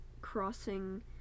crossing